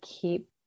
keep